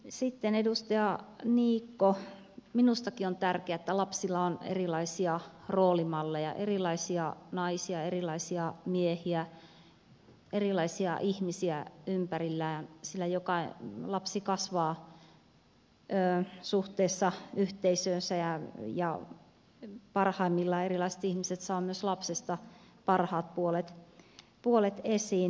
sitten edustaja niikko minustakin on tärkeää että lapsilla on erilaisia roolimalleja erilaisia naisia erilaisia miehiä erilaisia ihmisiä ympärillään sillä jokainen lapsi kasvaa suhteessa yhteisöönsä ja parhaimmillaan erilaiset ihmiset saavat myös lapsesta parhaat puolet esiin